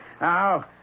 Now